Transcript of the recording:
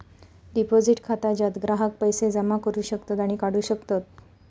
deposit खाता ज्यात ग्राहक पैसो जमा करू शकतत आणि काढू शकतत